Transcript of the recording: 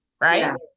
right